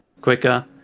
quicker